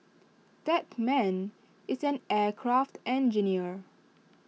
that man is an aircraft engineer